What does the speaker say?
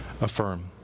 affirm